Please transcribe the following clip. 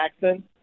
Jackson